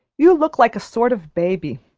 you look like a sort of baby,